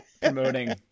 promoting